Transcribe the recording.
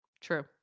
True